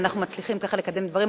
ואנחנו מצליחים ככה לקדם דברים.